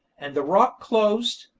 and the rock closed,